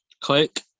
Click